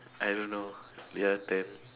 I don't know your turn